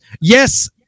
yes